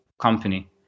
company